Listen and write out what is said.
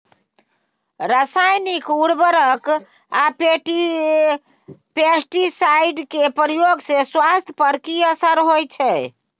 रसायनिक उर्वरक आ पेस्टिसाइड के प्रयोग से स्वास्थ्य पर कि असर होए छै?